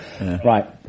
right